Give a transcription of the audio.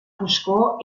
foscor